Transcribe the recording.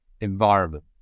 environment